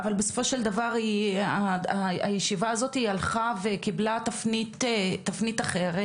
אבל בסופו של דבר הישיבה הזאת הלכה וקיבלה תפנית אחרת